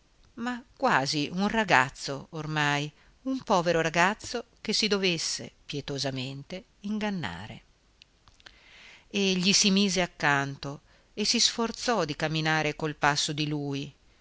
ma quasi un ragazzo ormai un povero ragazzo che si dovesse pietosamente ingannare e gli si mise accanto e si sforzò di camminare col passo di lui